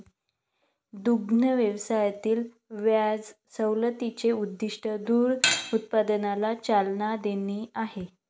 दुग्ध व्यवसायातील व्याज सवलतीचे उद्दीष्ट दूध उत्पादनाला चालना देणे आहे